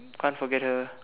can't forget her